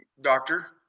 Doctor